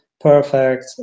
perfect